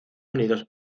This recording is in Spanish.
unidos